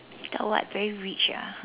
thought what very rich ah !huh!